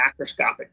macroscopic